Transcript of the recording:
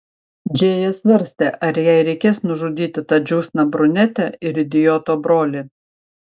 džėja svarstė ar jai reikės nužudyti tą džiūsną brunetę ir idioto brolį